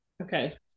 Okay